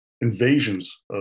invasions